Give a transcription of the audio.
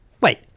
Wait